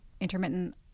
intermittent